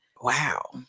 Wow